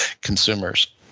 consumers